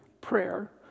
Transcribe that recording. prayer